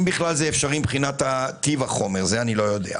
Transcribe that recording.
אם בכלל זה אפשרי מבחינת טיב החומר זה איני יודע.